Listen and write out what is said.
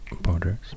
borders